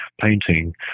painting